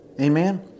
Amen